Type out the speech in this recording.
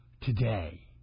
today